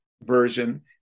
version